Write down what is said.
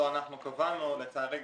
לא אנחנו קבענו ולצערי,